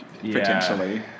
Potentially